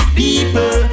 people